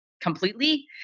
completely